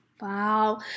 Wow